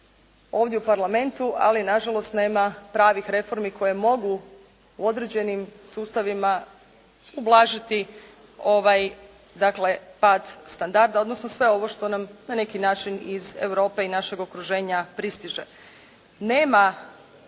ovdje u Parlamentu ali nažalost nema pravih reforme koje mogu u određenim sustavima ublažiti ovaj dakle pad standarda odnosno sve ovo što nam na neki način iz Europe i našeg okruženja pristiže. Nema